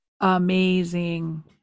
amazing